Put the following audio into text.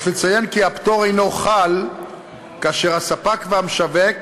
יש לציין כי הפטור אינו חל כאשר הספק והמשווק